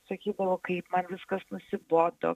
sakydavau kaip man viskas nusibodo